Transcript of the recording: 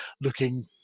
looking